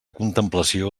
contemplació